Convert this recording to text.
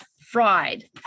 fried